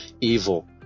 evil